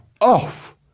off